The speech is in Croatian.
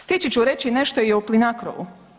Stići ću reći nešto i o Plinacrou.